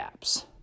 apps